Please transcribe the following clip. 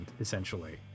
essentially